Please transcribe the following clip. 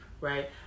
right